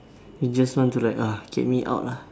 you just want to like uh get me out lah